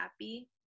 happy